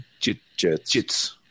jits